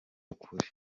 ukuri